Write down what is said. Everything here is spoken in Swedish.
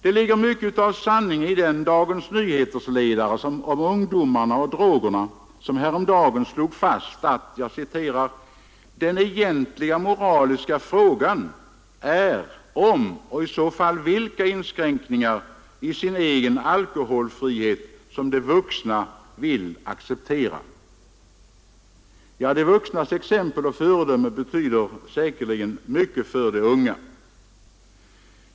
Det ligger mycket av sanning i den ledare i Dagens Nyheter om ungdomarna och drogerna som häromdagen slog fast följande: ”Den egentliga moraliska frågan är ——— om och i så fall vilka inskränkningar i sin egen alkoholfrihet ——— som de vuxna vill acceptera ———.” Ja, de vuxnas exempel och föredöme betyder säkerligen mycket för de unga.